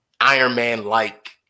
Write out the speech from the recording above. Ironman-like